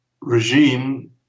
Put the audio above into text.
regime